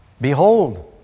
behold